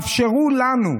אפשרו לנו,